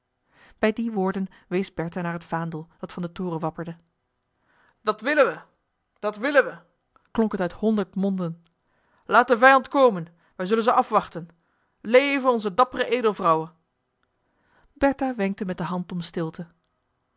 bij die woorden wees bertha naar het vaandel dat van den toren wapperde dat willen we dat willen we klonk het uit honderd monden laat de vijanden komen wij zullen ze afwachten leve onze dappere edelvrouwe bertha wenkte met de hand om stilte